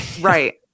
Right